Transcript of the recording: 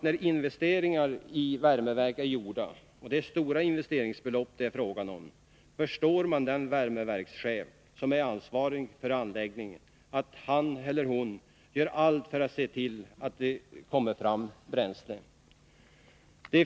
När investeringarna i värmeverk är gjorda — det är fråga om stora investeringsbelopp — förstår man att den värmeverkschef som är ansvarig för anläggningen gör allt för att se till att det kommer fram bränsle.